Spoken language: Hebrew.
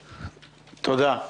תודה.